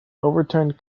overturned